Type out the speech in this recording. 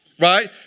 Right